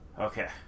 Okay